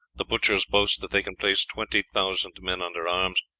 the butchers boast that they can place twenty thousand men under arms,